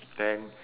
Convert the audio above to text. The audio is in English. then